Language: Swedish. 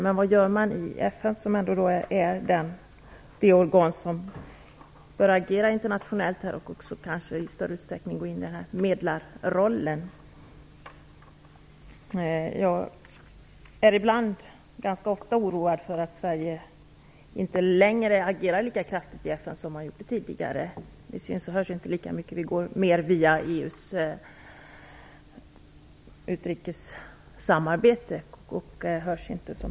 Men vad gör man i FN, som ju ändå är det organ som bör agera internationellt och kanske också i större utsträckning gå in i en medlarroll? Jag är ibland - ganska ofta - oroad över att Sverige inte längre agerar lika kraftfullt i FN som tidigare. Vi syns och hörs inte lika mycket utan går mer via EU:s utrikessamarbete.